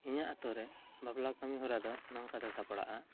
ᱤᱧᱟᱹᱜ ᱟᱛᱳ ᱨᱮ ᱵᱟᱯᱞᱟ ᱠᱟᱹᱢᱤ ᱦᱚᱨᱟ ᱫᱚ ᱱᱚᱝᱠᱟ ᱛᱮ ᱥᱟᱯᱲᱟᱜᱼᱟ